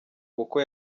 kuko